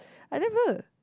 I never